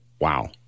wow